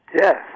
Yes